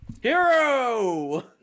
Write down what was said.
Hero